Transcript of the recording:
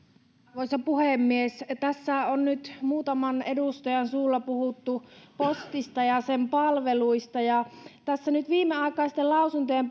arvoisa puhemies tässä on nyt muutaman edustajan suulla puhuttu postista ja sen palveluista ja tässä nyt viimeaikaisten lausuntojen